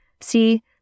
See